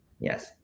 Yes